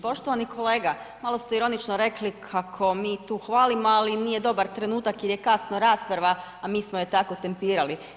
Poštovani kolega, malo ste ironično rekli kako mi tu hvalimo, ali nije dobar trenutak jer je kasno rasprava, a mi smo je tako tempirali.